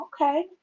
Okay